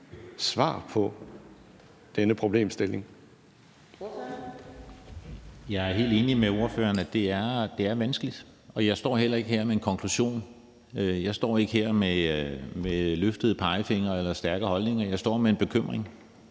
Jeg er helt enig med ordføreren i, at det er vanskeligt, og jeg står heller ikke her med en konklusion. Jeg står ikke her med en løftet pegefinger eller stærke holdninger, jeg står her med en bekymring